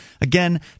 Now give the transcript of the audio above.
Again